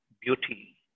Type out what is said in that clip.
beauty